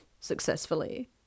successfully